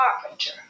carpenter